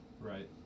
right